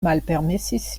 malpermesis